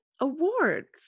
awards